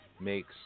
makes